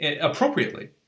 appropriately